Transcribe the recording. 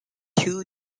two